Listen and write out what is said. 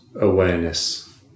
awareness